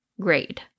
grade